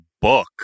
book